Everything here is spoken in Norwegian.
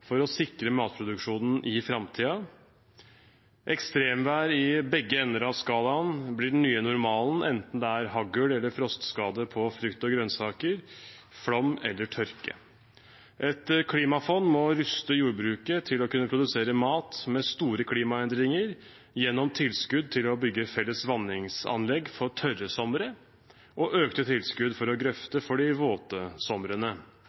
for å sikre matproduksjonen i framtiden. Ekstremvær i begge ender av skalaen blir den nye normalen, enten det er hagl eller frostskade på frukt og grønnsaker, flom eller tørke. Et klimafond må ruste jordbruket til å kunne produsere mat med store klimaendringer gjennom tilskudd til å bygge felles vanningsanlegg for tørre somre og økte tilskudd til å